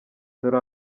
dore